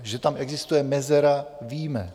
To, že tam existuje mezera, víme.